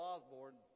Osborne